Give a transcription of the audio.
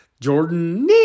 Jordan